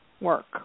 work